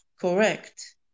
correct